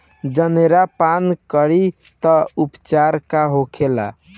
जनेरा पान करी तब उपचार का होखेला?